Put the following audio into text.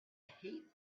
hate